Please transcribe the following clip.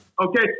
Okay